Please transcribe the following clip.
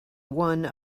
one